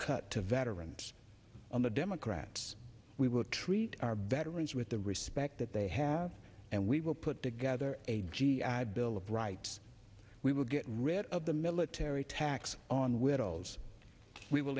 cut to veterans on the democrats we will treat our veterans with the respect that they have and we will put together a g i bill of rights we will get rid of the military tax on widows we will